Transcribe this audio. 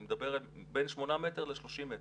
אני מדבר על בין שמונה מטרים ל-30 מטר.